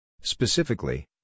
Specifically